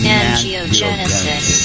angiogenesis